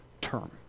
term